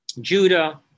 Judah